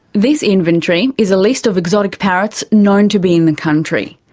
this inventory is a list of exotic parrots known to be in the country.